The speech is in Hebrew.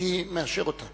הייתי מאשר אותו.